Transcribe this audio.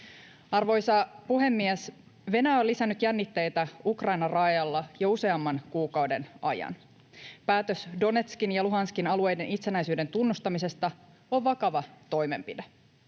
Arvoisa puhemies! Venäjä on lisännyt jännitteitä Ukrainan rajalla jo useamman kuukauden ajan. Päätös Donetskin ja Luhanskin alueiden itsenäisyyden tunnustamisesta on vakava toimenpide.